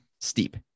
Steep